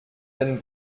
den